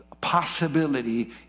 possibility